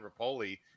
Rapoli